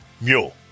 Mule